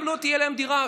וגם לא תהיה להם דירה,